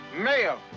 mayo